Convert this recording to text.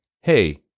hey